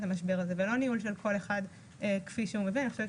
המשבר הזה ולא ניהול של כל אחד כפי שהוא חושב.